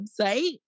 website